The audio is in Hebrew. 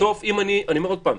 אני אומר עוד פעם,